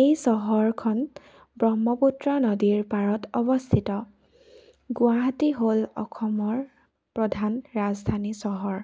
এই চহৰখন ব্ৰহ্মপুত্ৰ নদীৰ পাৰত অৱস্থিত গুৱাহাটী হ'ল অসমৰ প্ৰধান ৰাজধানী চহৰ